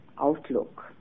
outlook